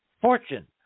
fortune